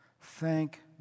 thank